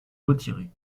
retiré